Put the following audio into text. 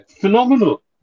Phenomenal